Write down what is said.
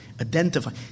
identify